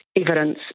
evidence